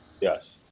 Yes